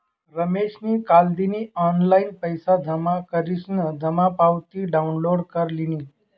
रमेशनी कालदिन ऑनलाईन पैसा जमा करीसन जमा पावती डाउनलोड कर लिनी